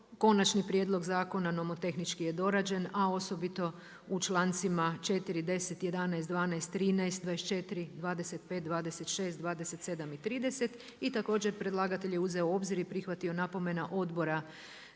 konačni prijedlog zakona nomotehnički je dorađen a osobito u člancima 4., 10, 11., 12., 13., 24., 25., 26., 27. i 30. I također predlagatelj je uzeo u obzir i prihvatio napomenu Odbora